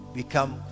become